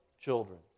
children